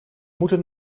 moeten